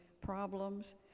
problems